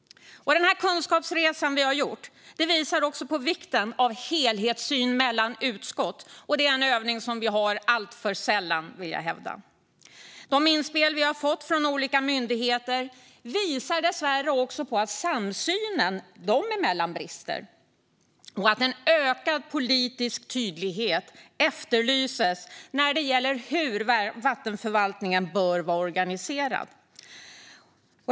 Den kunskapsresa vi har gjort visar också på vikten av helhetssyn mellan utskott. Det är en övning som vi har alltför sällan, vill jag hävda. De inspel vi har fått från olika myndigheter visar dessvärre på att samsynen dem emellan brister. En ökad politisk tydlighet efterlyses när det gäller hur vattenförvaltningen bör vara organiserad.